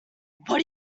what